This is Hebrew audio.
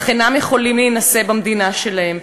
אך אינם יכולים להינשא במדינה שלהם,